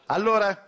Allora